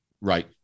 right